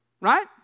right